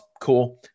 Cool